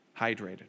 hydrated